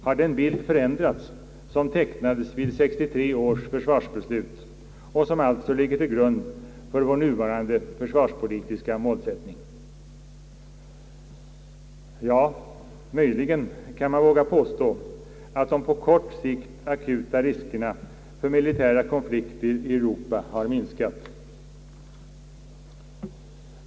Har den bild förändrats som tecknades vid 1963 års försvarsbeslut och som alltså ligger till grund för vår nuvarande försvarspolitiska målsättning? Ja, möjligen kan man våga påstå att de på kort sikt akuta riskerna för militära konflikter i Europa har minskat.